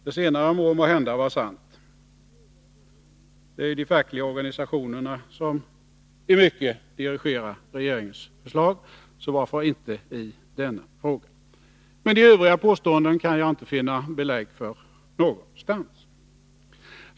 Det senare kan måhända vara sant. Det är de fackliga organisationerna som i mycket dirigerar regeringens förslag, så varför inte i denna fråga. Men de övriga påståendena kan jag inte finna belägg för någonstans.